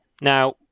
Now